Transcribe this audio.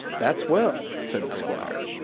that's well, said the squire,